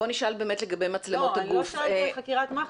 לא אני לא שואלת לגבי חקירת מח"ש,